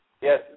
Yes